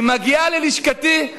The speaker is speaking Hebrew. והיא מגיעה ללשכתי,